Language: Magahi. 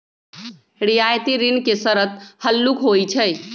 रियायती ऋण के शरत हल्लुक होइ छइ